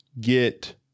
get